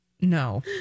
No